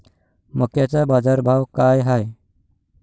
मक्याचा बाजारभाव काय हाय?